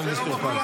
חבר הכנסת טור פז.